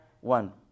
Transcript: one